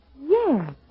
Yes